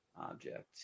object